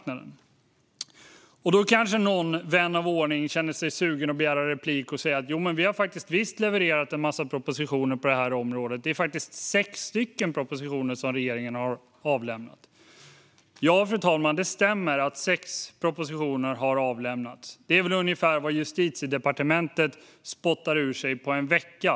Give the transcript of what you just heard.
Kanske känner då någon vän av ordning sig sugen på att begära replik för att säga: "Vi har visst levererat en massa propositioner på området. Regeringen har faktiskt avlämnat sex propositioner." Det stämmer att sex propositioner har avlämnats, fru talman. Det är ungefär vad Justitiedepartementet spottar ur sig på en vecka.